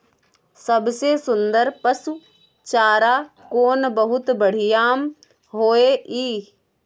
सबसे सुन्दर पसु चारा कोन बहुत बढियां होय इ?